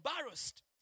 embarrassed